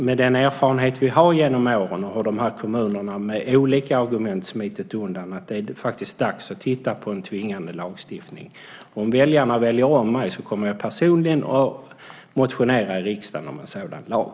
Med den erfarenhet vi har fått genom åren att kommunerna med hjälp av olika argument har smitit undan är det dags att titta på en tvingande lagstiftning. Om väljarna väljer om mig kommer jag personligen att motionera i riksdagen om en sådan lag.